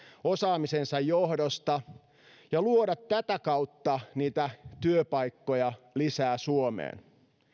osaamisensa johdosta ja luoda tätä kautta työpaikkoja lisää suomeen